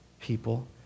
people